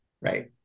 Right